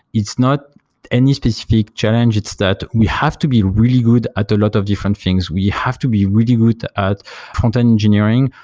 it's not any specific challenge, it's that we have to be really good at a lot of different things. we have to be really good at content engineering,